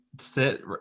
sit